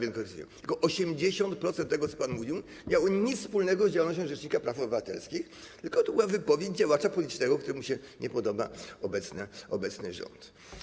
Tylko że 80% tego, co pan mówił, nie miało nic wspólnego z działalnością rzecznika praw obywatelskich, tylko to była wypowiedź działacza politycznego, któremu się nie podoba obecny rząd.